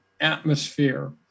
atmosphere